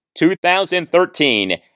2013